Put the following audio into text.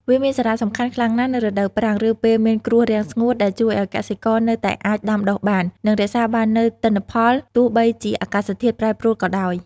វាមានសារៈសំខាន់ខ្លាំងណាស់នៅរដូវប្រាំង ឬពេលមានគ្រោះរាំងស្ងួត ដែលជួយឲ្យកសិករនៅតែអាចដាំដុះបាន និងរក្សាបាននូវទិន្នផល ទោះបីជាអាកាសធាតុប្រែប្រួលក៏ដោយ។